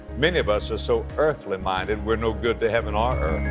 many of us are so earthly minded we're no good to heaven um